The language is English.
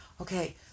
okay